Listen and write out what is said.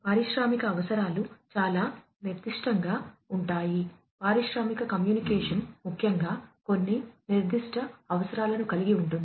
పారిశ్రామిక అవసరాలు చాలా నిర్దిష్టంగా ఉంటాయి పారిశ్రామిక కమ్యూనికేషన్ ముఖ్యంగా కొన్ని నిర్దిష్ట అవసరాలను కలిగి ఉంటుంది